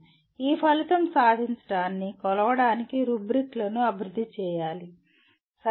ఈ ఫలితం సాధించడాన్ని కొలవడానికి రుబ్రిక్లను అభివృద్ధి చేయాలి సరేనా